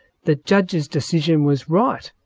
the judge's decision was right,